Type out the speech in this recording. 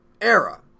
era